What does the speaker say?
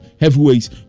heavyweights